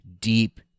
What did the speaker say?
deep